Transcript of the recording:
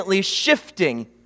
shifting